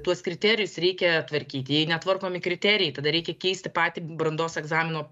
tuos kriterijus reikia tvarkyti jei netvarkomi kriterijai tada reikia keisti patį brandos egzamino